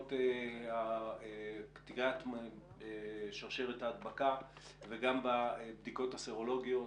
בסוגיות קטיעת שרשרת ההדבקה וגם בבדיקות הסרולוגיות,